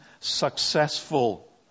successful